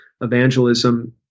evangelism